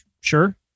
sure